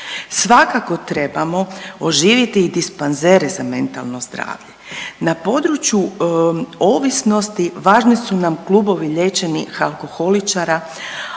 Svakako trebamo oživiti i dispanzere za mentalno zdravlje. Na području ovisnosti važne su nam klubovi liječenih alkoholičara,